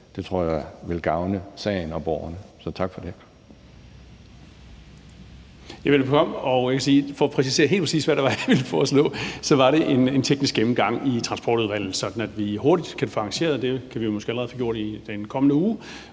Det tror jeg vil gavne sagen og borgerne. Så tak for det.